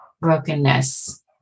brokenness